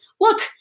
look